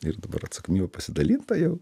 ir dabar atsakomybė pasidalinta jau